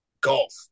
golf